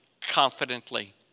confidently